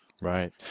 Right